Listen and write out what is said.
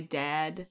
dad